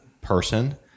person